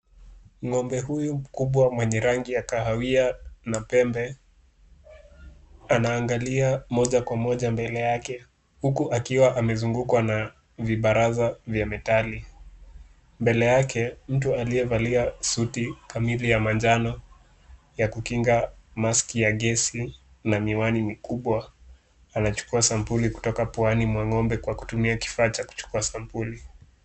Ng'ombe huyu mkubwa mwenye rangi ya kahawia na pembe anaangalia moja kwa moja mbele yake huku akiwa amezungukwa na vibaraza vya metali. Mbele yake, mtu aliyevalia suti kamili ya manjano ya kukinga, mask ya gesi na miwani mikubwa anachukua sampuli kutoka puani mwa ng'ombe kwa kutumia kifaa cha kuchukua sampuli.